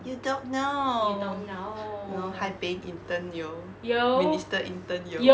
you don't know know hi babe intern yo minister intern yo